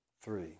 three